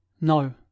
No